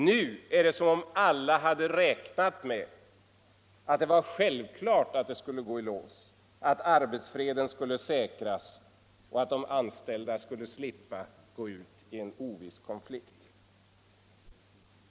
Nu är det som om alla hade räknat med att det var självklart att det skulle gå i lås, att arbetsfreden skulle säkras och att de anställda skulle slippa gå ut i en oviss konflikt.